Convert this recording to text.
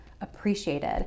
appreciated